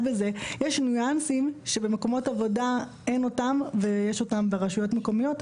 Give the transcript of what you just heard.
בזה יש ניואנסים שבמקומות עבודה אין אותם ויש אותם ברשויות מקומיות,